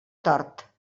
tort